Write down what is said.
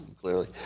clearly